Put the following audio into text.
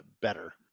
better